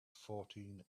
fourteen